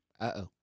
Uh-oh